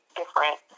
different